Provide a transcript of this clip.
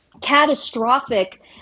Catastrophic